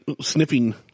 sniffing